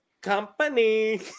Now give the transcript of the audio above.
company